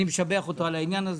אני משבח אותו על כך.